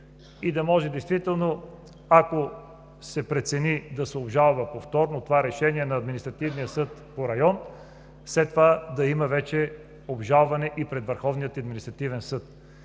и да може действително, ако се прецени, да се обжалва повторно това решение на Административния съд по район, след това да има вече обжалване и пред Върховния административен съд.